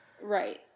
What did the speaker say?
right